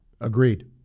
Agreed